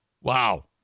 Wow